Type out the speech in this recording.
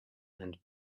and